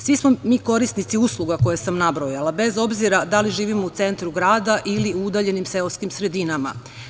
Svi smo mi korisnici usluga koje sam nabrojala bez obzira da li živimo u centru grada ili u udaljenim seoskim sredinama.